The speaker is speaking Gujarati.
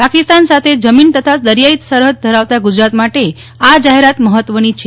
પાકિસ્તાન સાથે જમીન તથા દરીયાઇ સરહદ ધરાવતા ગુજરાત માટે આ જાહેરાત મહત્વની છે